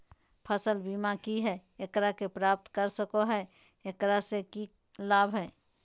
फसल बीमा की है, एकरा के प्राप्त कर सको है, एकरा से की लाभ है?